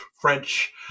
French